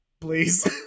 please